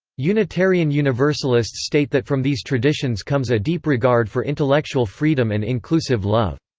unitarian universalists state that from these traditions comes a deep regard for intellectual freedom and inclusive love.